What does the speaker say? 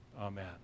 amen